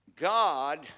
God